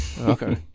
okay